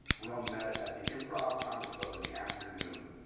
we all met at the improv comedy club in the afternoon.